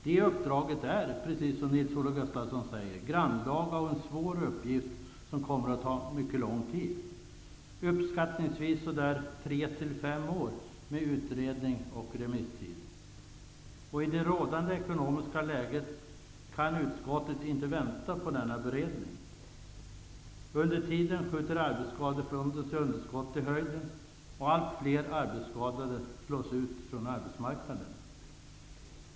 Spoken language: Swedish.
Det uppdraget är, precis som Nils-Olof Gustafsson säger, en grannlaga och svår uppgift som kommer att ta mycket lång tid, uppskattningsvis tre till fem år med utredning och remisstid. I det rådande ekonomiska läget kan utskottet inte vänta på denna beredning. Under tiden skjuter Arbetsskadefondens underskott i höjden, och allt fler arbetsskadade slås ut från arbetsmarknaden.